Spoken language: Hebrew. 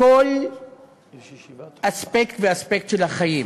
כל אספקט ואספקט של החיים.